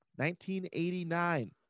1989